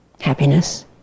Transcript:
happiness